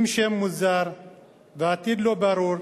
עם שם מוזר ועתיד לא ברור,